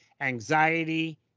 anxiety